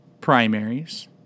primaries